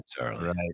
right